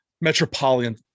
metropolitan